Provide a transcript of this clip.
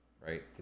right